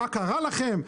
מה קרה לכם,